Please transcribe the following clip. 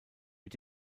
mit